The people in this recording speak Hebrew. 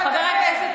חבר הכנסת